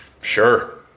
Sure